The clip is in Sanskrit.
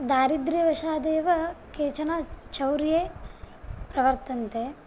दारिद्र्यवशादेव केचन चौर्ये प्रवर्तन्ते